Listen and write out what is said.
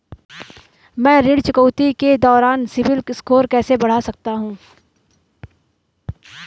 मैं ऋण चुकौती के दौरान सिबिल स्कोर कैसे बढ़ा सकता हूं?